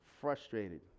Frustrated